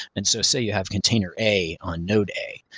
and so say you have container a on node a.